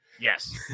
Yes